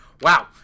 Wow